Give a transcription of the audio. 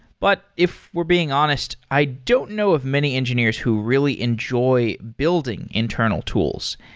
but if we're being honest, i don't know of many engineers who really enjoy building internal tools.